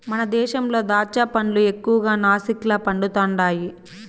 మన దేశంలో దాచ్చా పండ్లు ఎక్కువగా నాసిక్ల పండుతండాయి